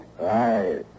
Right